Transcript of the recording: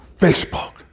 Facebook